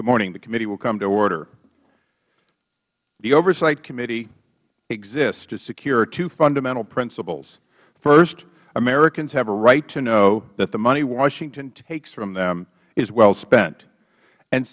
good morning the committee will come to order the oversight committee exists to secure two fundamental principles first americans have a right to know that the money washington takes from them is well spent and